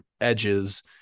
edges